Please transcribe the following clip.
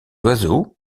oiseaux